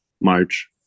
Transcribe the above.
march